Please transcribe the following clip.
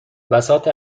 بساط